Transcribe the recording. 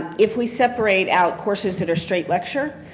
if we separate out courses that are straight lecture,